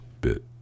bit